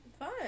fun